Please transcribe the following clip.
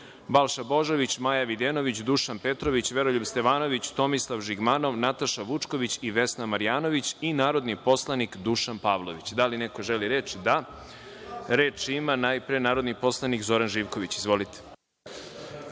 Balša Božović, Maja Videnović, Dušan Petrović, Veroljub Stevanović, Tomislav Žigmanov, Nataša Vučković i Vesna Marjanović, i narodni poslanik Dušan Pavlović. Da li neko želi reč? (Da.)Reč ima najpre, narodni poslanik, Zoran Živković. Izvolite.